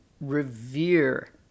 revere